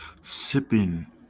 sipping